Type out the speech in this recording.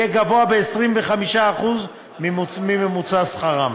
יהיה גבוה ב-25% מממוצע שכרם.